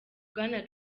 bwana